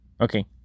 Okay